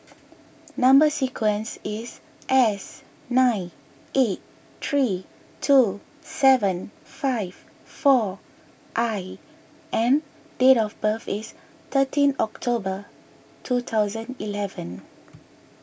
Number Sequence is S nine eight three two seven five four I and date of birth is thirteen October two thousand eleven